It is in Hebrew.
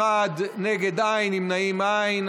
בעד, 51, נגד, אין, נמנעים, אין.